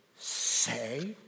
say